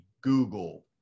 Google